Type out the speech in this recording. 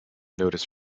notice